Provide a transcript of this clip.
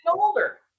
older